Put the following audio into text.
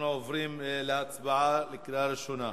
אנחנו עוברים להצבעה בקריאה ראשונה.